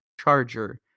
Charger